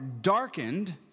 darkened